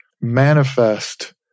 manifest